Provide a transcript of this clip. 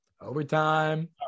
Overtime